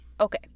okay